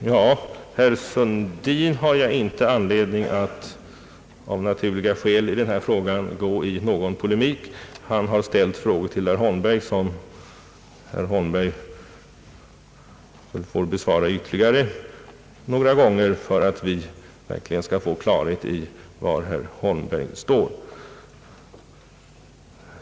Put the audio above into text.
Av naturliga skäl har jag inte anledning att gå i någon polemik med herr Sundin. Han har ställt frågor till herr Holmberg, vilka herr Holmberg får besvara ytterligare några gånger för att vi verkligen skall få klarhet i var herr Holmberg står.